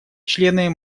члены